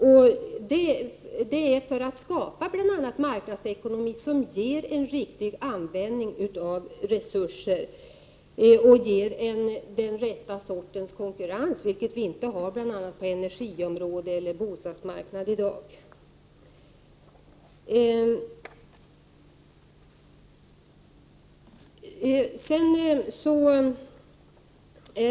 Vi har gjort det bl.a. för att skapa en marknadsekonomi som ger en riktig användning av resurser och den rätta sortens konkurrens, vilket vi nu inte har bl.a. på energiområdet och bostadsmarknaden.